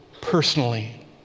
personally